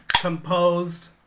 composed